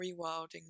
rewilding